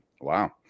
Wow